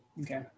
Okay